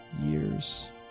years